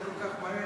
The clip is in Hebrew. אתה מקריא כל כך מהר,